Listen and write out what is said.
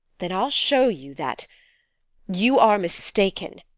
then i'll show you that you are mistaken.